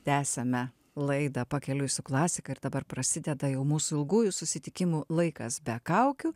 tęsiame laidą pakeliui su klasika ir dabar prasideda jau mūsų ilgųjų susitikimų laikas be kaukių